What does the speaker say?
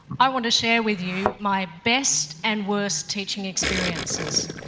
i want to share with you my best and worst teaching experiences.